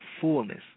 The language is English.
fullness